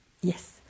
Yes